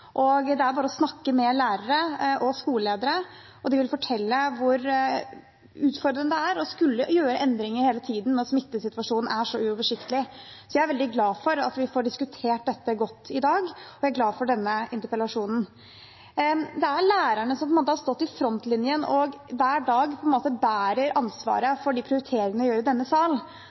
Det er bare å snakke med lærere og skoleledere, og de vil fortelle hvor utfordrende det er å skulle gjøre endringer hele tiden når smittesituasjonen er så uoversiktlig. Så jeg er veldig glad for at vi får diskutert dette godt i dag, og jeg er glad for denne interpellasjonen. Det er lærerne som står i frontlinjen, og som hver dag bærer ansvaret for de prioriteringene vi gjør i denne